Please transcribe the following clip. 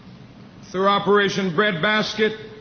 through operation breadbasket